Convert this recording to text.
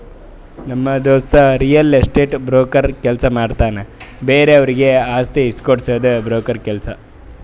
ನಮ್ ದೋಸ್ತ real estate broker ಕೆಲ್ಸ ಮಾಡ್ತಾನ್ ಬೇರೆವರಿಗ್ ಆಸ್ತಿ ಇಸ್ಕೊಡ್ಡದೆ ಬ್ರೋಕರ್ ಕೆಲ್ಸ